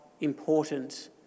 important